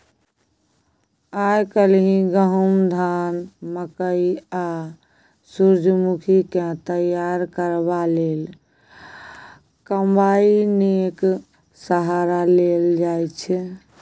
आइ काल्हि गहुम, धान, मकय आ सूरजमुखीकेँ तैयार करबा लेल कंबाइनेक सहारा लेल जाइ छै